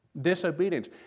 Disobedience